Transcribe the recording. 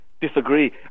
Disagree